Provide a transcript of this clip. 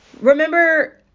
Remember